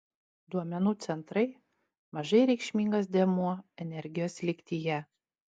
duomenų centrai mažai reikšmingas dėmuo energijos lygtyje